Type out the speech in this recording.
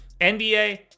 NBA